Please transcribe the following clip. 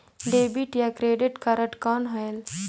Debit या credit card कौन होएल?